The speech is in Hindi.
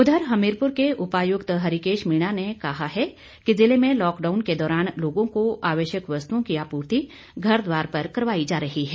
उधर हमीरपुर के उपायुक्त हरिकेश मीणा ने कहा है कि जिले में लॉकडाउन के दौरान लोगों को आवश्यक वस्तुओं की आपूर्ति घरद्वार पर करवाई जा रही है